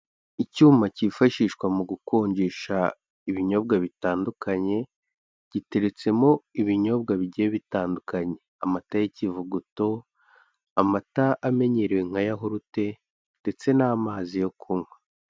Icyuma cyifashishwa mu gukonjesha ibinyobwa bitandukanye, giteretsemo ibinyobwa bigiye bitandukanye, amata y'ikivuguto, amata amenyerewe nkayahurute ndetse n'amazi yo kunywa.